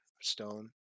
stone